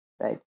Right